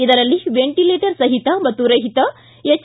ಇದರಲ್ಲಿ ವೆಂಟಿಲೇಟರ್ ಸಹಿತ ಮತ್ತು ರಹಿತ ಎಚ್